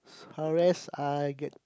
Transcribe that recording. harass I get